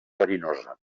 verinosa